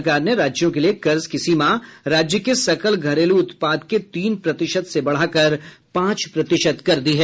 सरकार ने राज्यों के लिए कर्ज की सीमा राज्य के सकल घरेलू उत्पाद के तीन प्रतिशत से बढाकर पांच प्रतिशत कर दी है